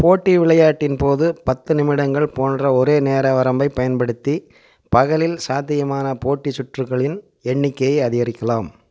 போட்டி விளையாட்டின் போது பத்து நிமிடங்கள் போன்ற ஒரே நேர வரம்பை பயன்படுத்தி பகலில் சாத்தியமான போட்டி சுற்றுகளின் எண்ணிக்கையை அதிகரிக்கலாம்